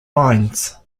lines